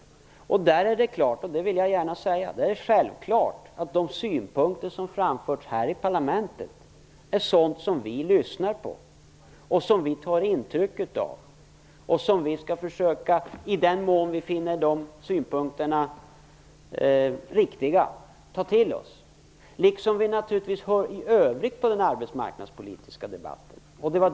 Och i det sammanhanget är det självklart - och det vill jag gärna säga - att vi lyssnar på och tar intryck av de synpunkter som framförs här i parlamentet. I den mån vi finner dessa synpunkter riktiga kommer vi att ta till oss dem. Detta gäller också för den övriga arbetsmarknadspolitiska debatten.